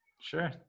Sure